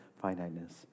finiteness